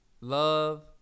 love